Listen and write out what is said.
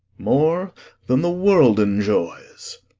more than the world enjoys.